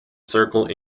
circle